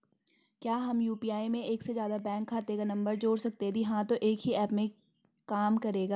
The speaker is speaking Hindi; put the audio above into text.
क्या हम यु.पी.आई में एक से ज़्यादा बैंक खाते का नम्बर जोड़ सकते हैं यदि हाँ तो एक ही ऐप में काम करेगा?